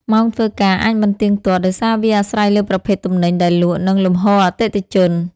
ម៉ោងធ្វើការអាចមិនទៀងទាត់ ដោយសារវាអាស្រ័យលើប្រភេទទំនិញដែលលក់ និងលំហូរអតិថិជន។